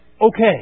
okay